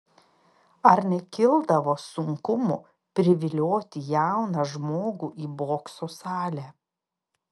ar nekildavo sunkumų privilioti jauną žmogų į bokso salę